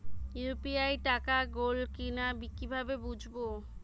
UPI টাকা গোল কিনা কিভাবে বুঝব?